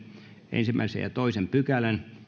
ensimmäisen ja toisen pykälän